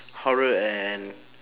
horror and